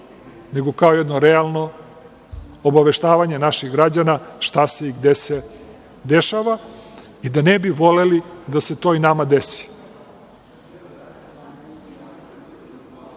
nego kao jedno realno obaveštavanje naših građana šta se i gde se dešava i da ne bi voleli da se to i nama desi. Iz